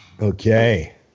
Okay